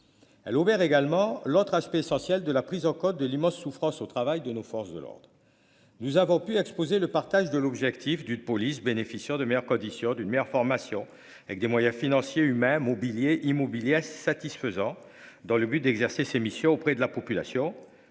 l'ordre. À également l'autre aspect essentiel de la prise en compte de l'immense souffrance au travail de nos forces de l'ordre. Nous avons pu exposer le partage. L'objectif du de police bénéficiant de meilleures conditions d'une meilleure formation avec des moyens financiers, humains mobiliers immobilier satisfaisant dans le but d'exercer ses missions auprès de la population